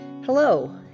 Hello